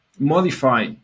modify